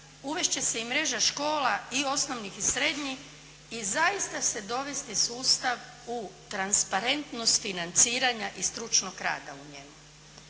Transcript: će se i mreža škola i osnovnih i srednjih i zaista se dovesti sustav u transparentnost financiranja i stručnog rada u njemu.